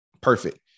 Perfect